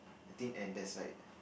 I think and there's like